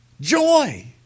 joy